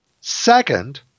Second